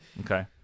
Okay